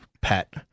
pet